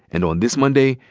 and on this monday,